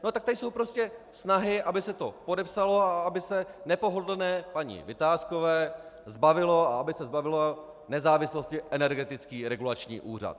No a tak tady jsou prostě snahy, aby se to podepsalo a aby se nepohodlné paní Vitáskové zbavilo a aby se zbavil nezávislosti Energetický regulační úřad.